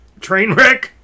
Trainwreck